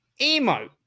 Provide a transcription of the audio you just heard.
emote